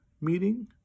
meeting